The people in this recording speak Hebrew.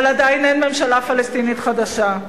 אבל עדיין אין ממשלה פלסטינית חדשה.